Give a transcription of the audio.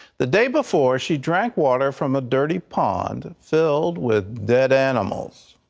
the day before she drank water from a dirty pond filled with dead animals.